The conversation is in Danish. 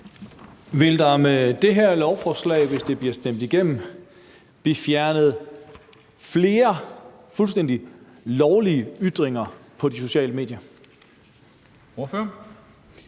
Vil der med det her lovforslag, hvis det bliver stemt igennem, blive fjernet flere fuldstændig lovlige ytringer på de sociale medier?